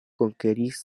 konkeris